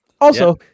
Also-